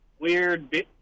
weird